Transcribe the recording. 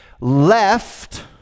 left